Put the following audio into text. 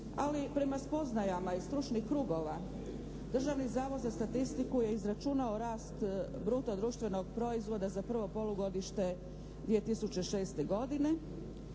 ali prema spoznajama iz stručnih krugova Državni zavod za statistiku je izračunao rast bruto društvenog proizvoda za prvo polugodište 2006. godine,